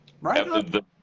Right